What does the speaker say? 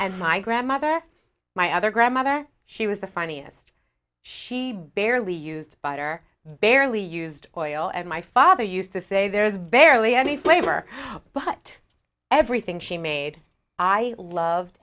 and my grandmother my other grandmother she was the funniest she barely used by her barely used oil and my father used to say there's barely any flavor but everything she made i loved